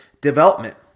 development